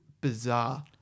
bizarre